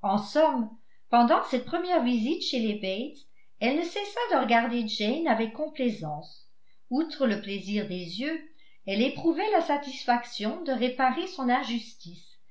en somme pendant cette première visite chez les bates elle ne cessa de regarder jane avec complaisance outre le plaisir des yeux elle éprouvait la satisfaction de réparer son injustice